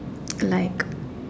like